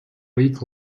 week